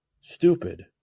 stupid